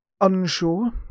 unsure